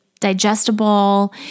digestible